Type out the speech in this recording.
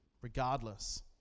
regardless